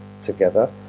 together